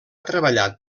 treballat